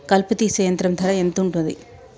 కలుపు తీసే యంత్రం ధర ఎంతుటది?